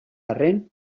arren